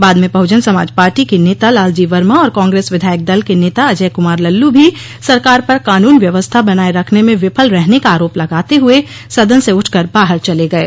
बाद में बहुजन समाज पार्टी के नेता लालजी वर्मा और कांग्रेस विधायक दल के नेता अजय कुमार लल्लू भी सरकार पर कानून व्यवस्था बनाये रखने में विफल रहने का आरोप लगाते हुए सदन से उठकर बाहर चले गये